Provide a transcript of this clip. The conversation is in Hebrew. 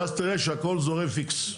ואז תראה שהכל זורם פיקס.